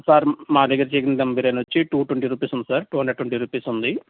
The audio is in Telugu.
సార్ మా దగ్గర చికెన్ దమ్ బిర్యానొచ్చి టూ ట్వెంటీ రుపీస్ ఉంది sir two hundred twenty rupees ఉంది